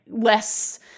less